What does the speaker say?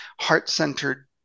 heart-centered